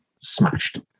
smashed